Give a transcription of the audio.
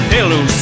Hello